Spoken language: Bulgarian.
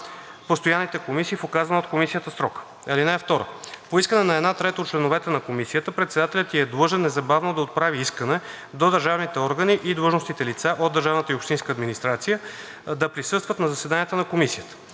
постоянните комисии в указан от комисията срок. (2) По искане на една трета от членовете на комисията председателят ѝ е длъжен незабавно да отправи искане до държавните органи и длъжностните лица от държавната и общинската администрация да присъстват на заседание на комисията.